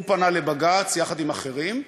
הוא פנה לבג"ץ, יחד עם אחרים,